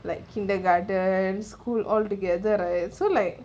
like kindergarten school altogether right so like